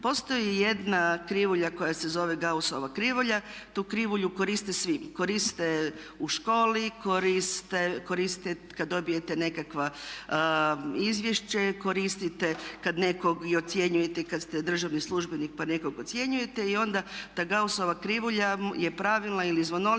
Postoji jedna krivulja koja se zove Gaussova krivulja. Tu krivulju koriste svi, koriste u školi, koristite kada dobijete nekakvo izvješće, koristite kada nekog i ocjenjujete, kada ste državni službenik pa nekog ocjenjujete i onda ta Gaussova krivulja je pravilna ili zvonolika.